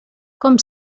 com